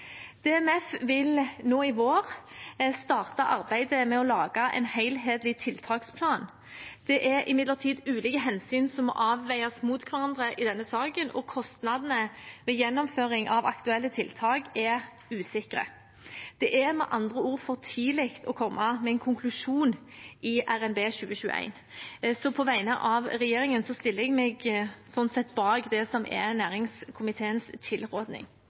DMF vil nå i vår starte arbeidet med å lage en helhetlig tiltaksplan. Det er imidlertid ulike hensyn som må avveies mot hverandre i denne saken, og kostnadene ved gjennomføring av aktuelle tiltak er usikre. Det er med andre ord for tidlig å komme med en konklusjon i revidert nasjonalbudsjett 2021. På vegne av regjeringen stiller jeg meg slik sett bak det som er næringskomiteens